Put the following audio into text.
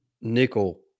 nickel